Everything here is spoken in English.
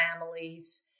families